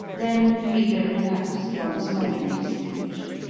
then frida relapsed once more into speech